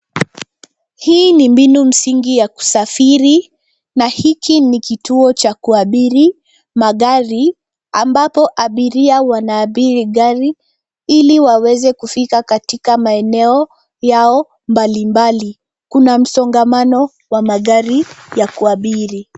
Hii ni mbinu msingi ya kusafiri, na hiki ni kituo cha kuabiri magari, ambapo abiria wanaabiri gari ili waweze kufika katika maeneo yao mbalimbali. Kuna msongamano wa magari ya kuabiri.